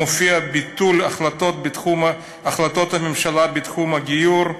מופיע ביטול החלטות בתחום החלטות הממשלה בתחום הגיור,